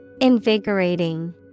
Invigorating